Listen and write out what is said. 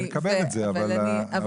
אבל אני --- אני מקבל את זה.